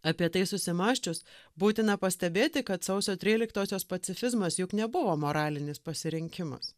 apie tai susimąsčius būtina pastebėti kad sausio tryliktosios pacifizmas juk nebuvo moralinis pasirinkimas